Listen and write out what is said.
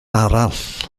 arall